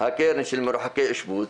הקרן של מרוחקי ישוב,